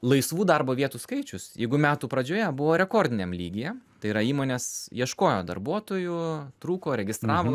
laisvų darbo vietų skaičius jeigu metų pradžioje buvo rekordiniam lygyje tai yra įmonės ieškojo darbuotojų trūko registravo